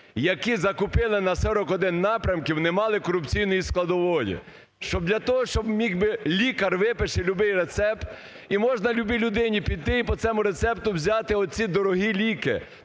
які закупили на 41 напрямки не мали корупційної складової? Щоб для того, щоб міг би… лікар випише любий рецепт і можна любій людині піти і по цьому рецепту взяти оці дорогі ліки.